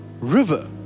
river